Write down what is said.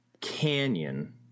canyon